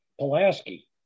pulaski